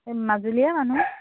এই মাজুলীৰে মানুহ